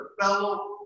fellow